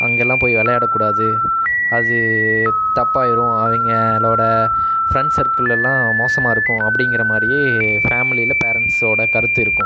அங்கெல்லாம் போய் விளையாடக்கூடாது அது தப்பாயிடும் அவங்களோட ஃப்ரெண்ட்ஸ் சர்க்கிள்லெலாம் மோசமாக இருக்கும் அப்படிங்கிற மாதிரியே ஃபேம்லியில் பேரண்ட்ஸோடய கருத்து இருக்கும்